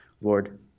Lord